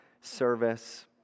service